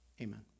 Amen